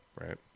Right